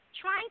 trying